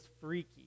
freaky